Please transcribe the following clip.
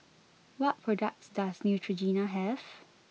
what products does Neutrogena have